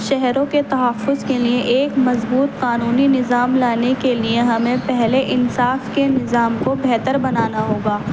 شہروں کے تحفظ کے لیے ایک مضبوط قانونی نظام لانے کے لیے ہمیں پہلے انصاف کے نظام کو بہتر بنانا ہوگا